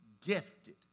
Gifted